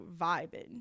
vibing